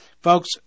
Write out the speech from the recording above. folks